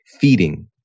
feeding